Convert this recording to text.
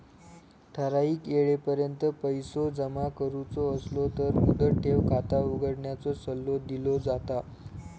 ठराइक येळेपर्यंत पैसो जमा करुचो असलो तर मुदत ठेव खाता उघडण्याचो सल्लो दिलो जाता